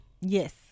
Yes